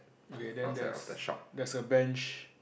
okay then there's there's a bench